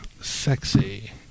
sexy